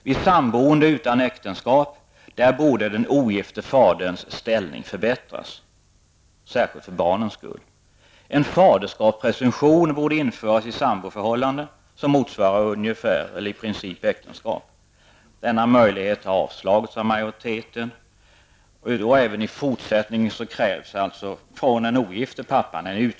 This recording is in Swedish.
Vid samboende utan äktenskap borde den ogifte faderns ställning förbättras, särskilt för barnens skull. En faderskapspresumtion borde införas vid samboförhållande som i princip motsvarar den vid äktenskap. Detta förslag har avstyrkts av majoriteten. Även i fortsättningen krävs en uttrycklig viljeförklaring från den ogifte pappan.